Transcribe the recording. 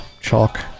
Chalk